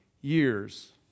years